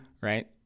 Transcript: right